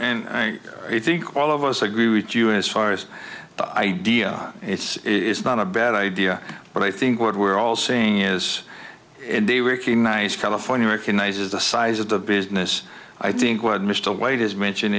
and i think all of us agree with you as far as the idea it is not a bad idea but i think what we're all saying is in the working nice california recognizes the size of the business i think what mr white is mention